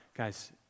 Guys